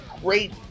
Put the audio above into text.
great